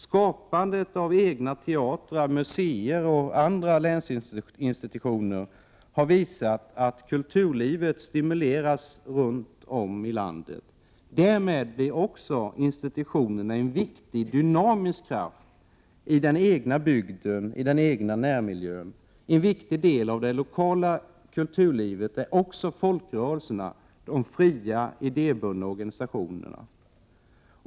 Skapandet av egna teatrar, museer och andra länsinstitutioner har visat att kulturlivet stimuleras runt om i landet. Därmed blir också institutionerna en viktig dynamisk kraft i den egna bygden och i den egna närmiljön. En viktig del av det lokala kulturlivet är också folkrörelserna, de fria, idéburna organisationerna.